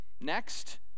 Next